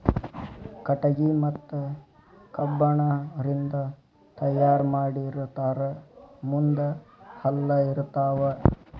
ಕಟಗಿ ಮತ್ತ ಕಬ್ಬಣ ರಿಂದ ತಯಾರ ಮಾಡಿರತಾರ ಮುಂದ ಹಲ್ಲ ಇರತಾವ